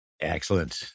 Excellent